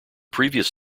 previous